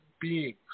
beings